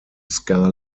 ska